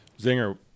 Zinger